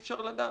אי אפשר לדעת,